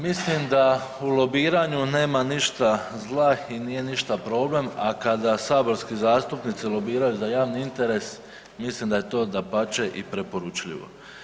Mislim da u lobiranju nema ništa zla i nije ništa problem, a kada saborski zastupnici lobiraju za javni interes mislim da je to dapače i preporučljivo.